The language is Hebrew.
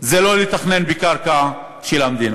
זה לא לתכנן בקרקע של המדינה.